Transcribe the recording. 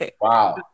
Wow